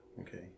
Okay